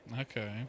Okay